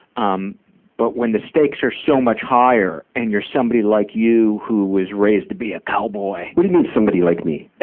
um but when the stakes are so much higher and you're somebody like you, who was raised to be a cowboy cm what do you mean, somebody like me?